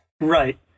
Right